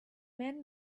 men